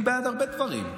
אני בעד הרבה דברים.